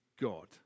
God